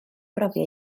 brofi